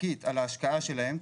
חוקית על ההשקעה שלהם.